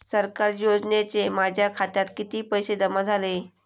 सरकारी योजनेचे माझ्या खात्यात किती पैसे जमा झाले?